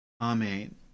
Amen